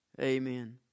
Amen